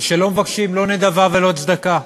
שלא מבקשים לא נדבה ולא צדקה,